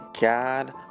God